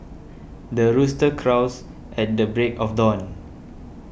the rooster crows at the break of dawn